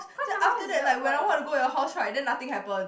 then after that like when I want to go your house right then nothing happen